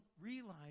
realize